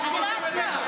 על מה ההצעה?